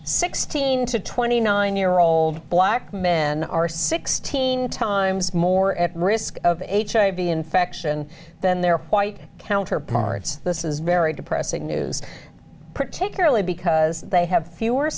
sixteen to twenty nine year old black men are sixteen times more at risk of eight hiv infection than their white counterparts this is very depressing news particularly because they have fewer